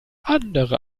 andere